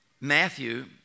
Matthew